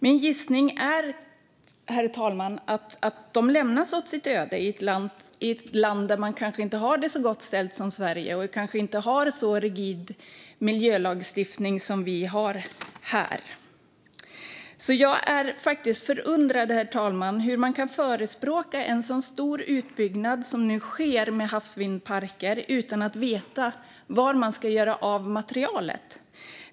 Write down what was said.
Min gissning är, herr talman, att de lämnas åt sitt öde i ett land där man kanske inte har det så gott ställt som vi har det i Sverige och där man kanske inte har en så rigid miljölagstiftning som vi har här. Jag är faktiskt förundrad, herr talman, över att man kan förespråka en så stor utbyggnad av havsvindparker som nu sker utan att veta var man ska göra av materialet.